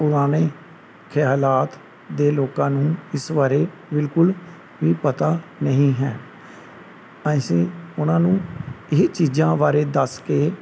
ਪੁਰਾਣੇ ਖਿਆਲਾਤ ਦੇ ਲੋਕਾਂ ਨੂੰ ਇਸ ਬਾਰੇ ਬਿਲਕੁਲ ਵੀ ਪਤਾ ਨਹੀਂ ਹੈ ਅਸੀਂ ਉਹਨਾਂ ਨੂੰ ਇਹ ਚੀਜ਼ਾਂ ਬਾਰੇ ਦੱਸ ਕੇ